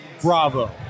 Bravo